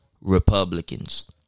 Republicans